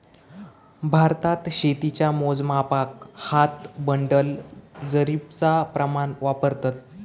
भारतात शेतीच्या मोजमापाक हात, बंडल, जरीबचा प्रमाण वापरतत